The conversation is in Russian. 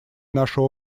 нашу